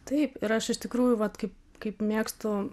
taip ir aš iš tikrųjų vat kaip kaip mėgstu